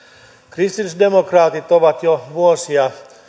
kristillisdemokraatit ovat jo vuosia